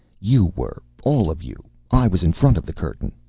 you were. all of you. i was in front of the curtain.